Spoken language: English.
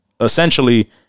Essentially